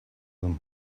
them